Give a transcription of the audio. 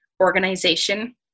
organization